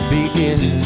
Begin